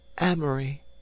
amory